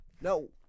No